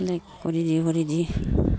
কৰি দি কৰি দি